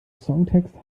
songtext